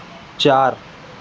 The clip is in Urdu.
چار